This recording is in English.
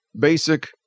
basic